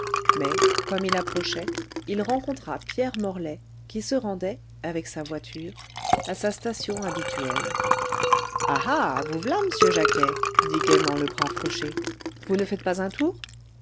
mais comme il approchait il rencontra pierre morlaix qui se rendait avec sa voiture à sa station habituelle ah ah vous v'là m'sieur jacquet dit gaiement le brave cocher vous ne faites pas un tour